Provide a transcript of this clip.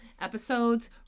Episodes